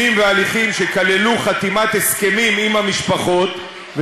והליכים שכללו חתימת הסכמים עם המשפחות,